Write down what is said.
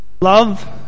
love